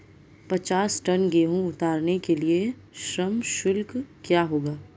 पचास टन गेहूँ उतारने के लिए श्रम शुल्क क्या होगा?